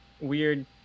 weird